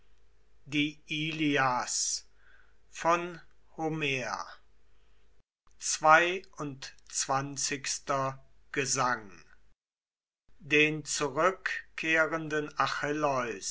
er zweiundzwanzigster gesang den zurückkehrenden